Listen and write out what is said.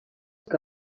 que